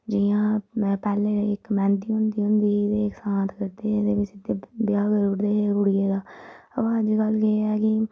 जियां में पैह्ले इक मैंह्दी हुंदी होंदी ही ते सांंत करदे हे एह्दे बिच्च ते ब्याह् करी उड़दे हे कुड़ियें दा अज्जकल केह् ऐ कि